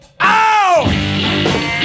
Ow